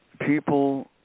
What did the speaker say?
people